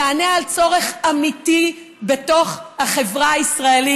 יענה על צורך אמיתי בתוך החברה הישראלית.